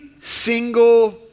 single